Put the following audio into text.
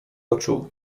oczu